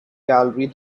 gallery